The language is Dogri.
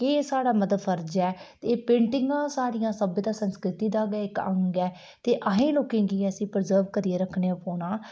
केह् साढ़ा मतलब फर्ज ऐ ते एह् पेंटिगां साढ़ियां सभ्यता संस्कृति दा गै इक अंग ऐ ते असें लोकें गी गै प्रीजर्व करियै रक्खना पौना